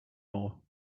more